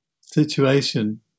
situation